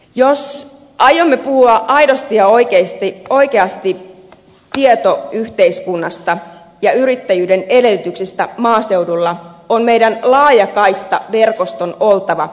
jos aiomme puhua aidosti ja oikeasti tietoyhteiskunnasta ja yrittäjyyden edellytyksistä maaseudulla on meidän laajakaistaverkostomme oltava iskukunnossa